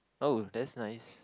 oh that's nice